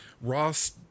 Ross